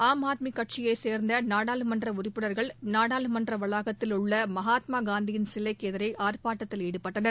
ஆம் ஆத்மி கட்சியைச் சேர்ந்த நாடாளுமன்ற உறுப்பினர்கள் நாடாளுமன்ற வளாகத்தில் உள்ள மகாத்மா காந்தியின் சிலைக்கு எதிரே ஆர்ப்பாட்டத்தில் ஈடுபட்டனர்